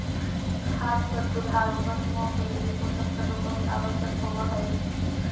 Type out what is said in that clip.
खास कर दुधारू पशुओं के लिए पोषक तत्व बहुत आवश्यक होवअ हई